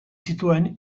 zituen